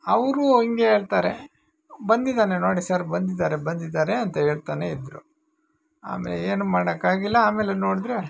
ಅವರೂ ಹಿಂಗೆ ಹೇಳ್ತಾರೆ ಬಂದಿದ್ದಾನೆ ನೋಡಿ ಸರ್ ಬಂದಿದ್ದಾರೆ ಬಂದಿದ್ದಾರೆ ಅಂತ ಹೇಳ್ತಾನೇ ಇದ್ದರು ಆಮೇಲೆ ಏನೂ ಮಾಡೋಕ್ಕಾಗಿಲ್ಲ ಆಮೇಲೆ ನೋಡಿದ್ರೆ